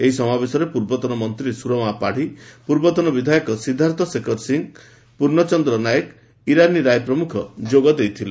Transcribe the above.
ଏହି ସମାବେଶରେ ପୂର୍ବତନ ମନ୍ତୀ ସୁରମା ପାଢୀ ପୂର୍ବତନ ବିଧାୟକ ସିବ୍ବାର୍ଥ ଶେଖର ସିଂହପୂର୍ଣ୍ଣଚନ୍ଦ୍ର ନାୟକ ଇରାନୀ ରାୟ ପ୍ରମୁଖ ଯୋଗଦେଇଥିଲେ